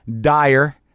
dire